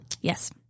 yes